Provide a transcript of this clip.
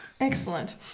excellent